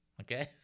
Okay